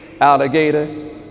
alligator